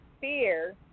fear